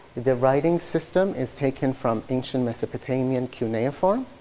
the writing system is taken from ancient mesopotamian cuneiform.